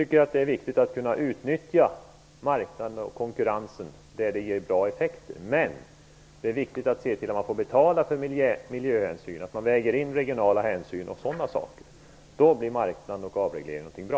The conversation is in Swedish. Det är viktigt att kunna utnyttja marknaden och konkurrensen där det ger bra effekter. Men det är viktigt att se till vad man får betala och väger in miljöhänsyn, regionala hänsyn och sådana saker. Då blir marknaden och avregleringen någonting bra.